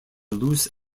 loose